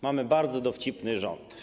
Mamy bardzo dowcipny rząd.